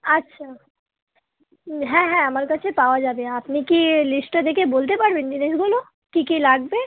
আচ্ছা হ্যাঁ হ্যাঁ আমার কাছে পাওয়া যাবে আপনি কি লিস্টটা দেখে বলতে পারবেন জিনিসগুলো কী কী লাগবে